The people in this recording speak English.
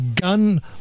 gun